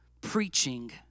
preaching